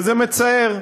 וזה מצער.